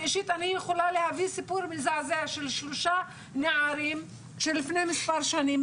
אישית אני יכולה להביא סיפור מזעזע של שלושה נערים שלפני מספר שנים,